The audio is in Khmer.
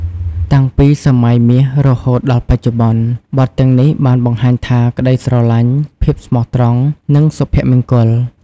តាំងពីសម័យមាសរហូតដល់បច្ចុប្បន្ន បទទាំងនេះបានបង្ហាញថា ក្តីស្រឡាញ់ ភាពស្មោះត្រង់ និងសុភមង្គល។